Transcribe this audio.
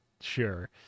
Sure